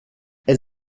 est